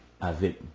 avec